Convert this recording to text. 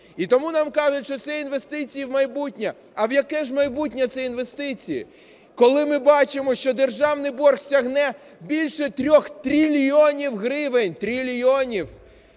І тому нам кажуть, що це інвестиції у майбутнє. А в яке ж майбутнє ці інвестиції, коли ми бачимо, що державний борг сягне більше 3 трильйонів гривень - трильйонів?